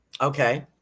Okay